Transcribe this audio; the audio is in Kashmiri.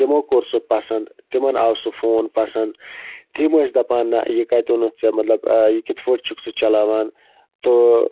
تِمو کوٚر سُہ پَسنٛد تِمَن آو سُہ فون پَسنٛد تِم ٲسۍ دَپان نَہ یہِ کَتہِ اوٚنُتھ ژ ےٚ مطلب یہِ کِتھٕ پٲٹھۍ چھُکھ ژٕ چلاوان تہٕ